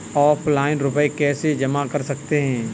Offline रुपये कैसे जमा कर सकते हैं?